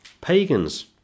pagans